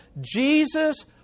Jesus